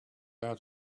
out